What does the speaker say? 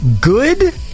good